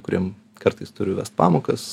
kuriem kartais turiu vest pamokas